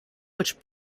which